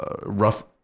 rough